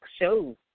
shows